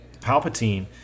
Palpatine